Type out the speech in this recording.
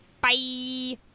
Bye